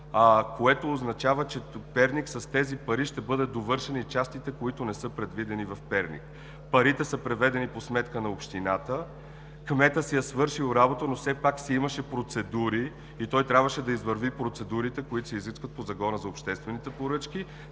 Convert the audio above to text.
което означава, че в Перник с тези пари ще бъдат довършени и частите, които не са предвидени там. Парите са преведени по сметка на общината. Кметът си е свършил работата, но все пак си имаше процедури и той трябваше да извърви процедурите, които се изискват по Закона за обществените поръчки.